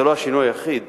וזה לא השינוי היחיד.